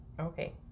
Okay